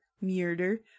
murder